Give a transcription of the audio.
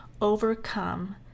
overcome